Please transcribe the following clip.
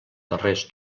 darrers